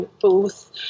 booth